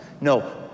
no